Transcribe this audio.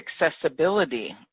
accessibility